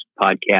podcast